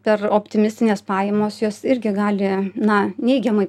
per optimistinės pajamos jos irgi gali na neigiamai